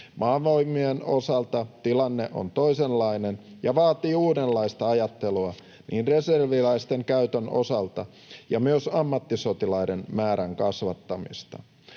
Maavoimien osalta tilanne on toisenlainen ja vaatii uudenlaista ajattelua reserviläisten käytön osalta ja myös ammattisotilaiden määrän kasvattamista.